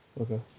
Okay